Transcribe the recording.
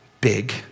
big